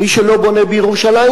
מי שלא בונה בירושלים,